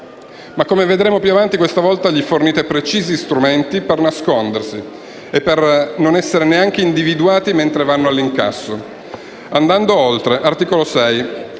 ma, come vedremo più avanti, questa volta gli fornite precisi strumenti per nascondersi e per non essere neanche individuati mentre vanno all'incasso. Andando oltre, all'articolo 6,